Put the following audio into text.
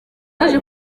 yaje